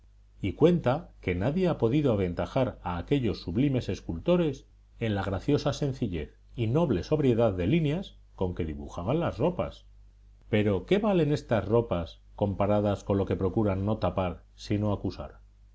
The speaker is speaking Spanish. y cuenta que nadie ha podido aventajar a aquellos sublimes escultores en la graciosa sencillez y noble sobriedad de líneas con que dibujaban las ropas pero qué valen estas ropas comparadas con lo que procuran no tapar sino acusar